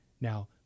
now